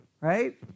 Right